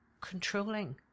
controlling